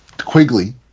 Quigley